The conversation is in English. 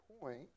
point